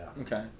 okay